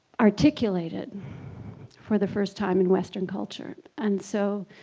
articulated for the first time in western culture and so